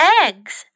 eggs